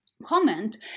comment